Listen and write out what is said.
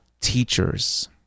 teachers